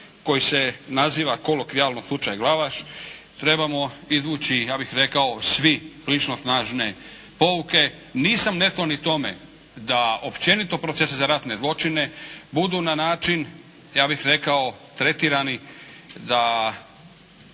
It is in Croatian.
koji se naziva kolokvijalno slučaj "Glavaš" trebamo izvući ja bih rekao svi prilično snažne pouke. Nisam …/Govornik se ne razumije./… tome da općenito procesi za ratne zločine budu na način ja bih rekao tretirani da